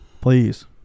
Please